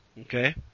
Okay